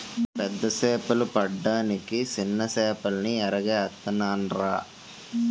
పెద్ద సేపలు పడ్డానికి సిన్న సేపల్ని ఎరగా ఏత్తనాన్రా